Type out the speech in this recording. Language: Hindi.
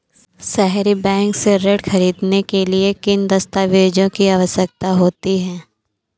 सहरी बैंक से ऋण ख़रीदने के लिए किन दस्तावेजों की आवश्यकता होती है?